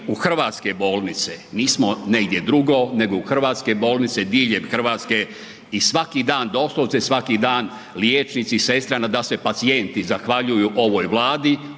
u hrvatske bolnice, nismo negdje drugdje nego u hrvatske bolnice i doslovce svaki dan liječnici i sestra nadasve pacijenti zahvaljuju ovoj Vladi,